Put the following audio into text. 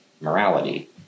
morality